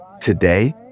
Today